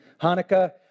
Hanukkah